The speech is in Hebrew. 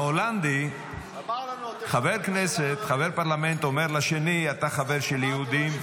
-- שעכשיו בפרלמנט ההולנדי חבר פרלמנט אומר לשני: אתה חבר של יהודים,